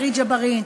חברי ג'בארין,